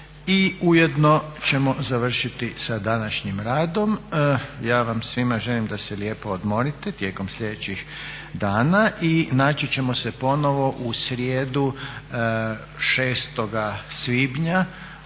i ujedno ćemo završiti sa današnjim radom. Ja vam svima želim da se lijepo odmorite tijekom slijedećih dana i naći ćemo se ponovno u srijedu 6.svibnja